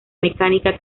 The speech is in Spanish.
mecánica